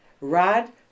Rod